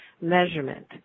measurement